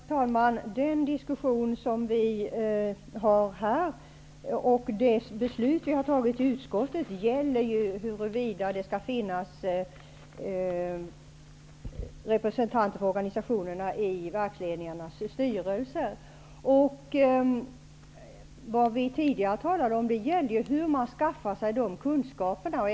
Herr talman! Den diskussion som vi har här, och det beslut som vi har fattat i utskottet, gäller huruvida det skall finnas representanter för organisationerna i verksledningarnas styrelse. Det som vi tidigare talade om var hur man skaffade sig nödvändiga kunskaper.